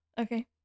Okay